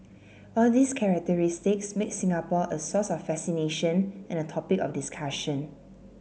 all these characteristics make Singapore a source of fascination and a topic of discussion